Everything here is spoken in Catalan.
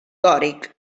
dòric